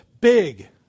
big